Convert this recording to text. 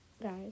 Guys